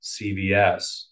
CVS